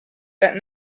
that